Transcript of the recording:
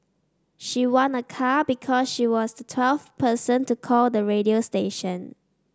she won a car because she was the twelfth person to call the radio station